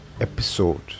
episode